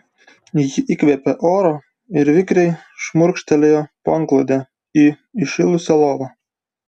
ji įkvėpė oro ir vikriai šmurkštelėjo po antklode į įšilusią lovą